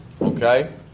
okay